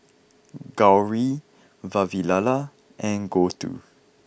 Gauri Vavilala and Gouthu